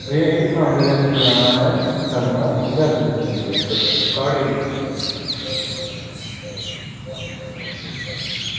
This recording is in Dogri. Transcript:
एह् भैया सांबा दा इक्क ग्रांऽ ऐ सरना उत्थें इक्क अग्ग लग्गी दी ऐ प्हाड़े गी